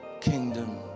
kingdom